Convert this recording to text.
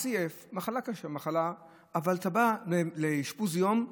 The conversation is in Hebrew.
CF היא מחלה קשה אבל אתה בא לאשפוז יום,